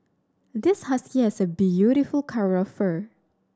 this husky has a beautiful coat of fur